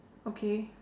okay